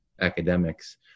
academics